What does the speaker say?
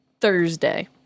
Thursday